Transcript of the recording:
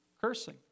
cursing